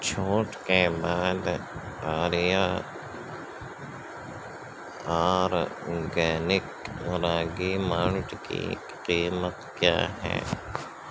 چھوٹ کے بعد آریہ اورگینک راگی مالٹ کی قیمت کیا ہے